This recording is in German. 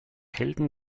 helden